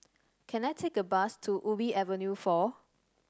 can I take a bus to Ubi Avenue four